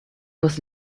was